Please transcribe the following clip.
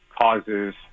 causes